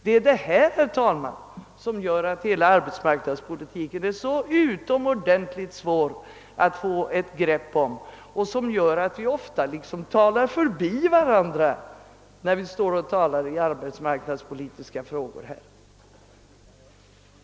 Det är detta som gör att hela arbetsmarknadspolitiken är så oerhört svår att få ett grepp om. Det gör också att vi så ofta talar förbi varandra, när vi här diskuterar arbetsmarknadspolitiska frågor.